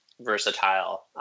versatile